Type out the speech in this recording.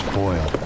boil